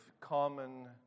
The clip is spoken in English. common